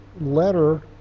letter